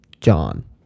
John